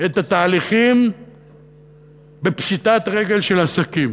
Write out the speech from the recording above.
את התהליכים בפשיטת רגל של עסקים.